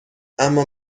اما